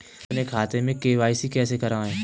अपने खाते में के.वाई.सी कैसे कराएँ?